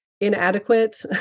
inadequate